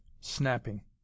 snapping